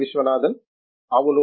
విశ్వనాథన్ అవును